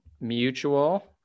Mutual